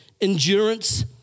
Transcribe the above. endurance